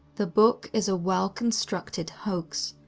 the book is a well-constructed hoax,